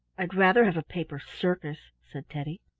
i'd rather have a paper circus, said teddy.